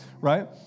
right